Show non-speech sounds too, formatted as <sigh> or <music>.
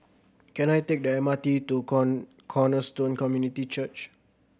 can I take the M R T to <unintelligible> Cornerstone Community Church